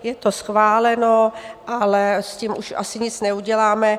Je to schváleno, ale s tím už asi nic neuděláme.